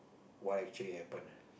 why actually happen